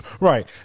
Right